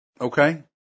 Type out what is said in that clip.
okay